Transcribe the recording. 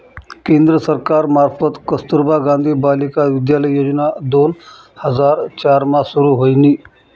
केंद्र सरकार मार्फत कस्तुरबा गांधी बालिका विद्यालय योजना दोन हजार चार मा सुरू व्हयनी